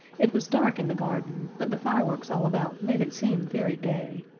it was dark in the garden, but the fireworks all about made it seem very gay,